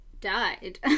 died